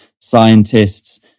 scientists